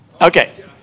okay